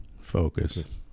focus